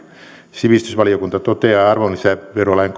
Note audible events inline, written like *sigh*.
sivistysvaliokunta toteaa arvonlisäverolain *unintelligible*